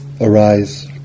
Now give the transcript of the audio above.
arise